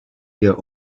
their